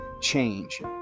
change